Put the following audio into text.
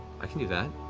i can do that.